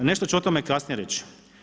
Nešto ću o tome kasnije reći.